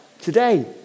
today